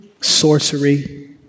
sorcery